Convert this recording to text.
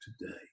today